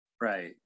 Right